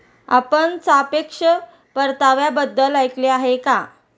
आपण सापेक्ष परताव्याबद्दल ऐकले आहे का?